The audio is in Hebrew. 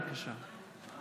בבקשה.